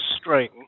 string